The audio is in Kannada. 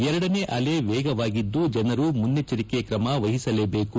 ಎರಡನೇ ಅಲೆ ವೇಗವಾಗಿದ್ದು ಜನರು ಮುನ್ನೆಚ್ಚರಿಕೆ ಕ್ರಮ ವಹಿಸಲೇಬೇಕು